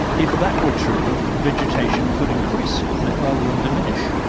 if that were true, vegetation could increase, couldn't it, rather than diminish?